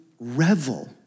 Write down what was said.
Revel